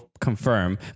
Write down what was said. confirm